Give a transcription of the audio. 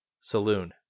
Saloon